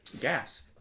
Gas